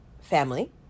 family